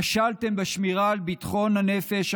כשלתם בשמירה על ביטחון הנפש,